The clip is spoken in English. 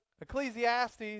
Ecclesiastes